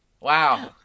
Wow